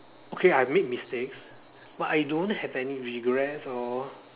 okay I made mistakes but I don't have any regrets or